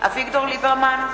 אביגדור ליברמן,